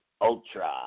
ultra